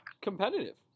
competitive